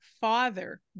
father